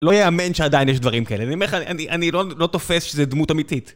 לא יאמן שעדיין יש דברים כאלה, אני אומר לך, אני לא תופס שזה דמות אמיתית.